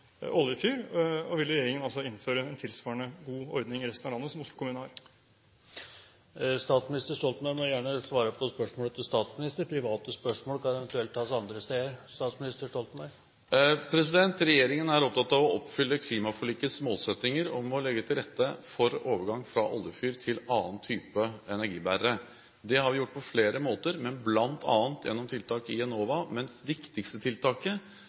oljefyr? Vil regjeringen innføre en god ordning i resten av landet tilsvarende den Oslo kommune har? Statsminister Stoltenberg må gjerne svare på spørsmål til statsministeren. Private spørsmål kan eventuelt tas andre steder. Regjeringen er opptatt av å oppfylle klimaforlikets målsetting om å legge til rette for overgang fra oljefyr til andre typer energibærere. Det har vi gjort på flere måter, bl.a. gjennom tiltak i Enova. Men det viktigste tiltaket